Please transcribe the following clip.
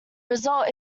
result